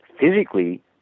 Physically